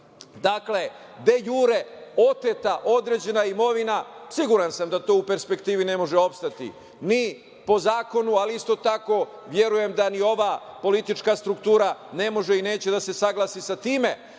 dejure oteta određena imovina. Siguran sam da to u perspektivi ne može opstati ni po zakonu, ali isto tako verujem da ni ova politička struktura ne može i neće da se saglasi sa time,